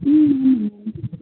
ம் ம் ம்